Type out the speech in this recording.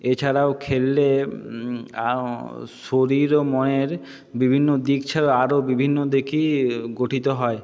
এছাড়াও খেললে শরীর ও মনের বিভিন্ন দিক ছাড়া আরও বিভিন্ন দিকই গঠিত হয়